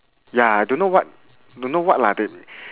ya don't know what don't know what lah the